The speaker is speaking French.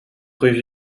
rue